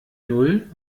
null